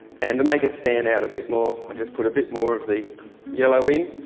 and to make it stand out a bit more, i'll just put a bit more of the yellow wing,